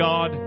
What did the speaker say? God